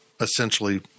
essentially